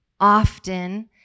often